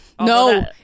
no